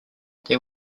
there